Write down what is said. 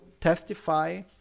testify